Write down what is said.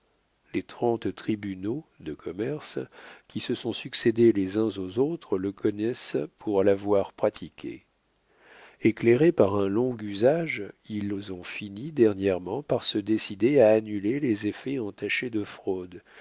les trente tribunaux de commerce qui se sont succédé les uns aux autres le connaissent pour l'avoir pratiqué éclairés par un long usage ils ont fini dernièrement par se décider à annuler les effets entachés de fraude